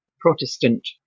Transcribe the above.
Protestant